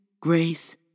grace